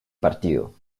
partido